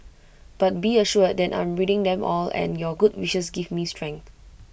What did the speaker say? but be assured that I'm reading them all and your good wishes give me strength